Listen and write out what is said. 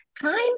time